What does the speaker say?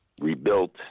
rebuilt